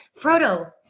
Frodo